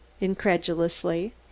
incredulously